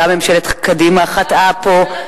גם ממשלת קדימה חטאה פה.